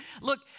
Look